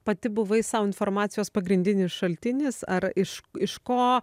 pati buvai sau informacijos pagrindinis šaltinis ar iš iš ko